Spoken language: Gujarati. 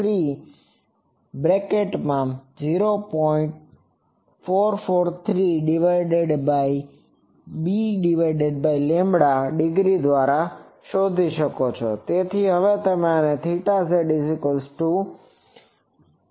443b ° દ્બારા શોધી શકો છો